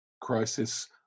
crisis